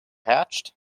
hatched